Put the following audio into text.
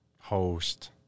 host